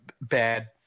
bad